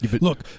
Look